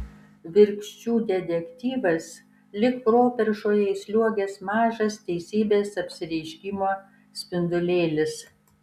virkščių detektyvas lyg properšoje įsliuogęs mažas teisybės apsireiškimo spindulėlis